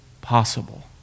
possible